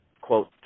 quote